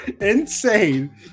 Insane